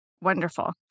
Wonderful